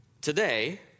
today